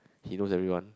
he knows everyone